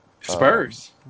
Spurs